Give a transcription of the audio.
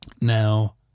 Now